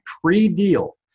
pre-deal